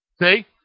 See